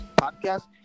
podcast